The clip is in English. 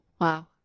wow